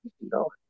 No